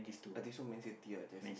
I think so Man-City ah that's it